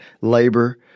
labor